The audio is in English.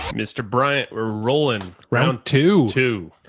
mr. bryant. we're rolling round to to